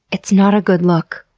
it's not a good look.